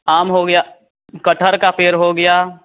आम हो गया कटहल का पेड़ हो गया